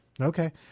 Okay